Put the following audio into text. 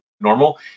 normal